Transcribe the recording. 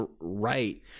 right